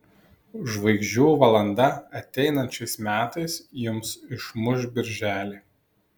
žvaigždžių valanda ateinančiais metais jums išmuš birželį